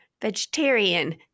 vegetarian